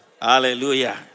Hallelujah